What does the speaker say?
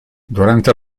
durante